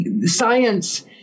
science